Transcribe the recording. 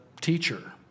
teacher